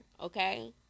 okay